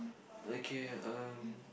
okay um